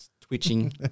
twitching